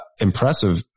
impressive